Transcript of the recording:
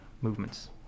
movements